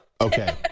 okay